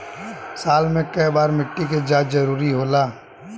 साल में केय बार मिट्टी के जाँच जरूरी होला?